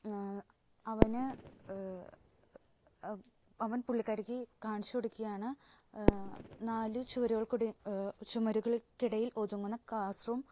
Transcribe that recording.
അവൻ പുള്ളിക്കാരിക്ക് കാണിച്ചുകൊടുക്കുകയാണ് നാലു ചുവരുകൾക്ക് ചുമരുകൾക്കിടയിൽ ഒതുങ്ങുന്ന ക്ലാസ് റൂം